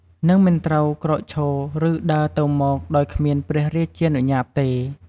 និងមិនត្រូវក្រោកឈរ ឬដើរទៅមក ដោយគ្មានព្រះរាជានុញ្ញាតទេ។